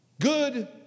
Good